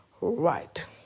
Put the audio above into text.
Right